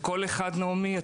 נעמי,